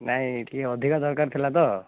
ନାଇଁ ଟିକେ ଅଧିକା ଦରକାର ଥିଲା ତ